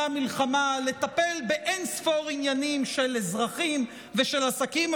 המלחמה לטפל באין-ספור עניינים של אזרחים ושל עסקים.